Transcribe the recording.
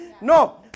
No